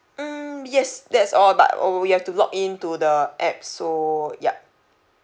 um yes that's all but uh you have to log in to the app so ya